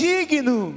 Digno